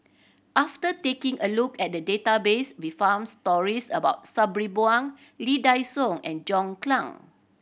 after taking a look at the database we found stories about Sabri Buang Lee Dai Soh and John Clang